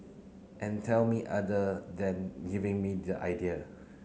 and tell me other than giving me the idea